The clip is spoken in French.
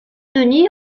denis